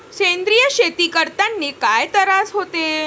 सेंद्रिय शेती करतांनी काय तरास होते?